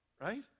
Right